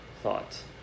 thought